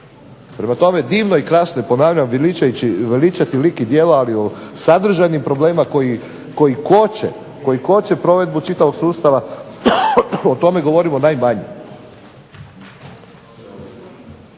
Prema tome, divno i krasno je ponavljam veličati lik i djela ali o sadržajnim problemima koji koče provedbu čitavog sustava o tome govorimo najmanje.